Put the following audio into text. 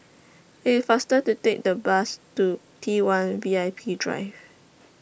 IT IS faster to Take The Bus to T one V I P Drive